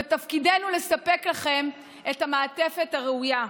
ותפקידנו לספק לכם את המעטפת הראויה.